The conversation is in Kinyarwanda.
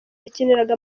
yakiniraga